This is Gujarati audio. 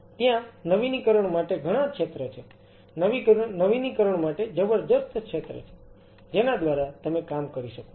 ત્યાં નવીનીકરણ માટે ઘણા ક્ષેત્ર છે નવીનીકરણ માટે જબરદસ્ત ક્ષેત્ર છે જેના દ્વારા તમે કામ કરી શકો છો